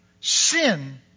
sin